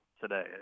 today